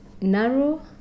narrow